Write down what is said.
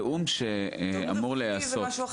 התיאום הביטחוני זה משהו אחר.